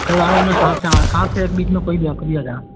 कल आ जाना सात से सात से एक बीच में कोई भी आप कभी भी आ जाना